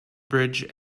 bridge